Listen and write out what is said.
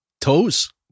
Toes